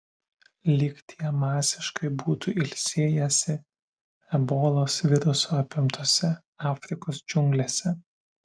lyg tie masiškai būtų ilsėjęsi ebolos viruso apimtose afrikos džiunglėse